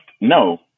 No